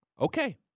okay